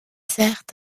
sert